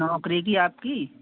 नौकरी की आपकी